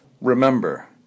Remember